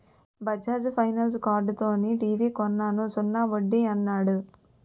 Bajaj finance కార్డుతో TV కొన్నాను సున్నా వడ్డీ యన్నాడు